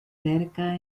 cerca